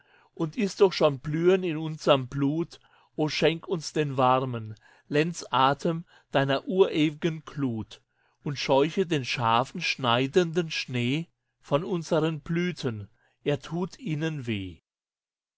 und ist doch schon blühen in unserm blut o schenk uns den warmen lenzatem deiner urewigen glut und scheuche den scharfen schneidenden schnee von unseren blüten er tut ihnen weh